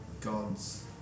gods